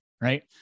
right